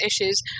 issues